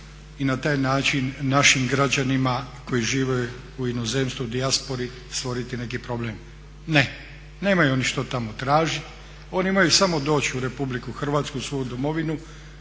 i na taj način našim građanima koji žive u inozemstvu, u dijaspori stvoriti neki problem. Ne, nemaju oni što tamo tražit, oni imaju samo doć' u Republiku Hrvatsku, svoju domovinu,